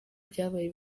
byabaye